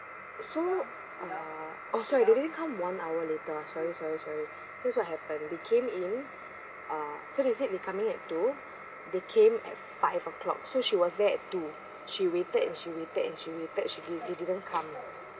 so uh oh sorry they didn't come one hour later sorry sorry sorry this what happened they came in uh so they said they coming at two they came at five o'clock so she was there at two she waited and she waited and she waited she they didn't come